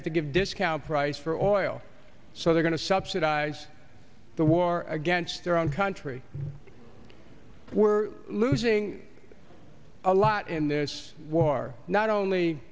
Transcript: have to give discount price for oil so they're going to subsidize the war against their own country we're losing a lot in this war not only